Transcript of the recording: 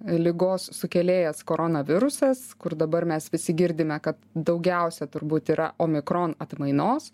ligos sukėlėjas koronavirusas kur dabar mes visi girdime kad daugiausia turbūt yra omikron atmainos